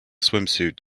swimsuit